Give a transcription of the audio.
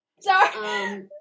Sorry